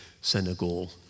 Senegal